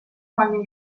cuando